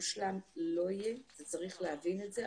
וצריך להבין את זה.